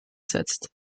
setzt